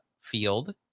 Field